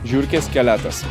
žiurkės skeletas